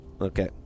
Okay